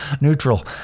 Neutral